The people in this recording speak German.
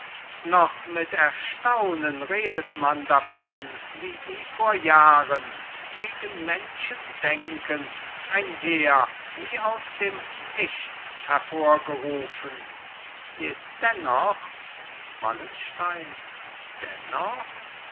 noch mit erstaunen redet man davon wie sie vor jahren gegen menschendenken ein heer wie aus dem nichts hervorgerufen jedennoch wallenstein dennoch